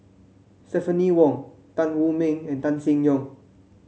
Stephanie Wong Tan Wu Meng and Tan Seng Yong